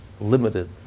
limited